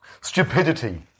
Stupidity